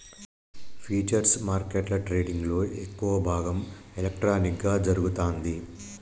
futures మార్కెట్ల ట్రేడింగ్లో ఎక్కువ భాగం ఎలక్ట్రానిక్గా జరుగుతాంది